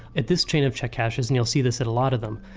at this chain of check cashers, and you'll see this at a lot of them,